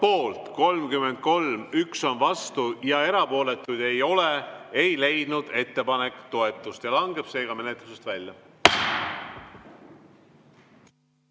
poolt 33, 1 on vastu ja erapooletuid ei ole, ei leidnud ettepanek toetust ja langeb seega menetlusest välja.